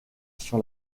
sur